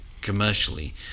commercially